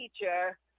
teacher